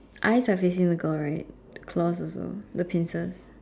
eyes are facing the girl right the claws also the pincers